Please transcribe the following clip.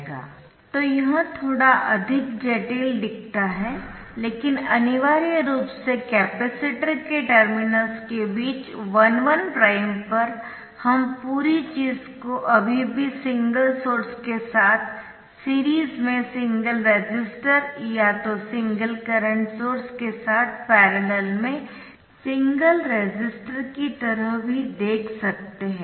तो यह थोड़ा अधिक जटिल दिखता है लेकिन अनिवार्य रूप से कपैसिटर के टर्मिनल्स के बीच 1 1' प्राइम पर हम पूरी चीज़ को अभी भी सिंगल सोर्स के साथ सीरीज में सिंगल रेसिस्टर या तो सिंगल करंट सोर्स के साथ पैरेलल में सिंगल रेसिस्टर की तरह भी देख सकते है